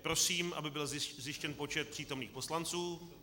Prosím, aby byl zjištěn počet přítomných poslanců.